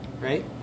right